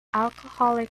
alcoholic